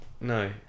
No